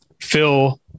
Phil